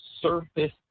surface